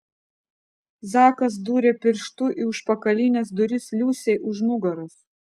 zakas dūrė pirštu į užpakalines duris liusei už nugaros